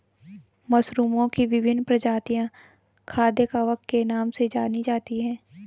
मशरूमओं की विभिन्न प्रजातियां खाद्य कवक के नाम से जानी जाती हैं